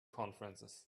conferences